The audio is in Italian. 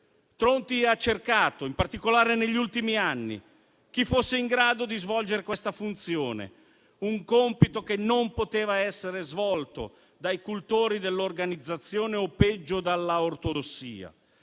Tronti ha cercato, in particolare negli ultimi anni, chi fosse in grado di svolgere questa funzione, un compito che non poteva essere svolto dai cultori dell'organizzazione o, peggio, dalla ortodossia,